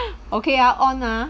okay uh on ah